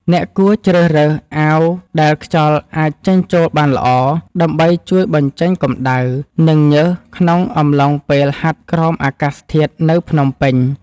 អ្នកគួរជ្រើសរើសអាវដែលខ្យល់អាចចេញចូលបានល្អ ដើម្បីជួយបញ្ចេញកម្ដៅ និងញើសក្នុងអំឡុងពេលហាត់ក្រោមអាកាសធាតុនៅភ្នំពេញ។